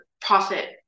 profit